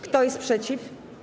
Kto jest przeciw?